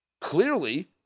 Clearly